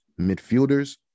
midfielders